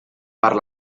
per